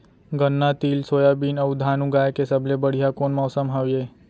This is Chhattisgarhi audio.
गन्ना, तिल, सोयाबीन अऊ धान उगाए के सबले बढ़िया कोन मौसम हवये?